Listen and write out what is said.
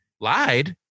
Lied